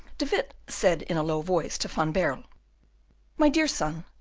de witt said in a low voice to van baerle my dear son,